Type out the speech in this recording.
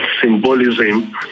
symbolism